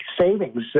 savings